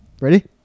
ready